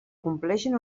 compleixin